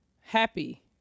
Happy